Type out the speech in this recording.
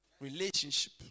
relationship